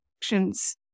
actions